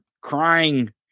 crying